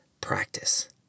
practice